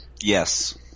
Yes